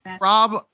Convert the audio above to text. Rob